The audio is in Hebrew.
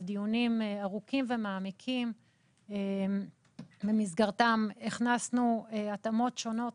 דיונים ארוכים ומעמיקים במסגרתם הכנסנו התאמות שונות